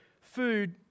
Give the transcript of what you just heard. food